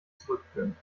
zurückführen